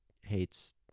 hates